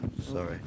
sorry